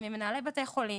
ממנהלי בתי החולים,